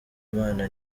imana